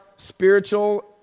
spiritual